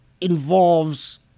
involves